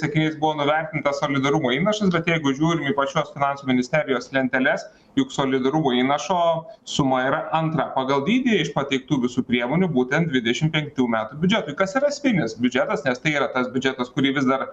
sakiniais buvo nuvertintas solidarumo įnašas jeigu žiūrim į pačios finansų ministerijos lenteles juk solidarumo įnašo suma yra antra pagal dydį iš pateiktų visų priemonių būtent dvidešim penktų metų biudžetui kas yra esminis biudžetas nes tai yra tas biudžetas kurį vis dar